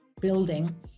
building